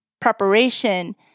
preparation